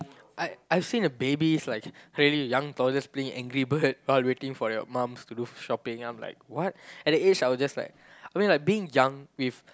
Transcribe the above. I I've seen a babies like really young toddler playing angry birds while waiting for their mum's to do shopping I'm like what at the age I were just like I mean like being young with